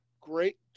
great